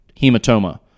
hematoma